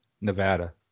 Nevada